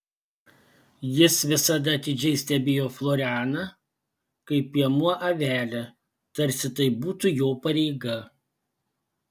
jis visada atidžiai stebėjo florianą kaip piemuo avelę tarsi tai būtų jo pareiga